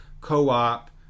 co-op